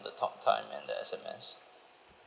the talk time and the S_M_S